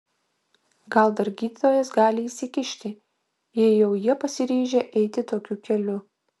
gal dar gydytojas gali įsikišti jei jau jie pasiryžę eiti tokiu keliu